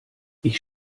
ich